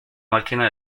máquina